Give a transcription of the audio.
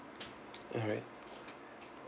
alright